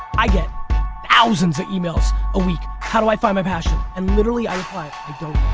i get thousands of emails a week, how do i find my passion? and literally i reply, i don't